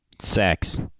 Sex